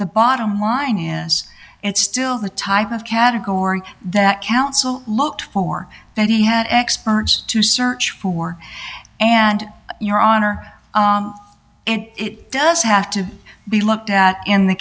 the bottom line is it's still the type of category that counsel looked for that he had experts to search for and your honor it does have to be looked at in the